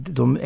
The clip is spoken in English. de